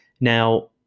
now